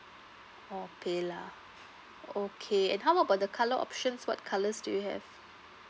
oh PayLah okay and how about the colour options what colours do you have